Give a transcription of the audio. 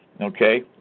Okay